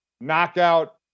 Knockout